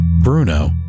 Bruno